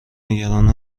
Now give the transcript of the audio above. نگران